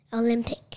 olympic